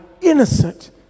innocent